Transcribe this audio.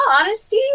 honesty